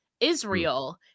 Israel